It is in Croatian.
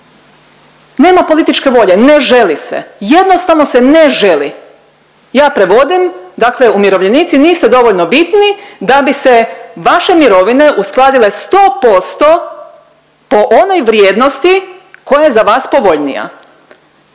Nema političke volje, ne želi se. Jednostavno se ne želi. Ja prevodim dakle umirovljenici niste dovoljno bitni da bi se vaše mirovine uskladile 100% po onoj vrijednosti koja je za vas povoljnija.